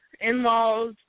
in-laws